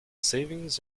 savings